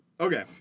Okay